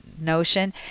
notion